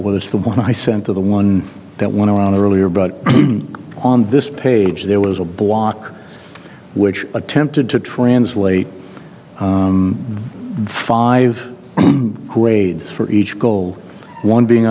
was the one i sent to the one that went on earlier but on this page there was a block which attempted to translate five grades for each goal one being